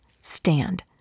stand